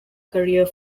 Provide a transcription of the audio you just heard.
career